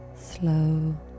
slow